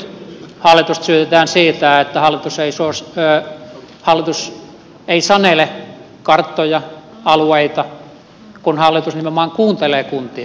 nyt hallitusta syytetään siitä että hallitus ei sanele karttoja alueita kun hallitus nimenomaan kuuntelee kuntia